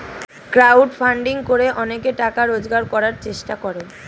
crowd funding করে অনেকে টাকা রোজগার করার চেষ্টা করে